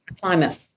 climate